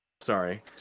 Sorry